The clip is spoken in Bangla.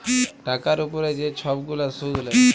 টাকার উপরে যে ছব গুলা সুদ লেয়